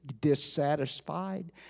dissatisfied